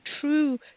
true